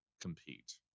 compete